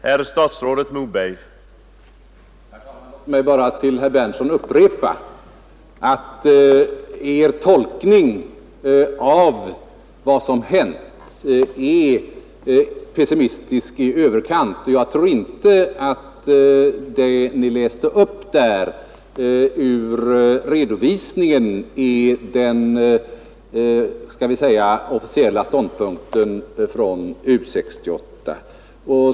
Herr talman! Låt mig för herr Berndtson i Linköping upprepa att Er tolkning av vad som hänt är pessimistisk i överkant. Jag tror inte att det Ni läste upp ur redovisningen är den officiella ståndpunkten hos U 68.